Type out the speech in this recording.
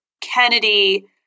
Kennedy